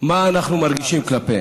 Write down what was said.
מה אנחנו מרגישים כלפיהם.